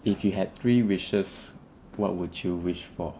if you had three wishes what would you wish for